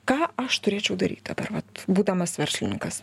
ką aš turėčiau daryt dabar vat būdamas verslininkas